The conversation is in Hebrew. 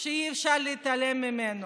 שאי-אפשר להתעלם ממנו.